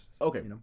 okay